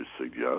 suggest